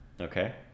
Okay